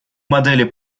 модели